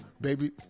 baby